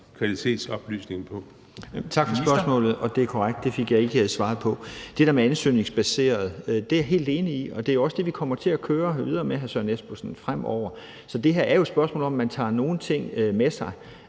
Møller Mortensen): Tak for spørgsmålet. Og det er korrekt, at jeg ikke fik svaret på det. Det der med »ansøgningsbaseret« er jeg helt enig i, og det er også det, vi kommer til at køre videre med fremover, hr. Søren Espersen. Så det her er jo et spørgsmål om, at man tager nogle ting med sig.